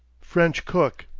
french cook.